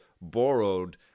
borrowed